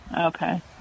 Okay